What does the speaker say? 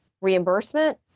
reimbursement